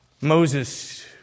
Moses